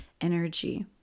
energy